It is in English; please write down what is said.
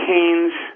Keynes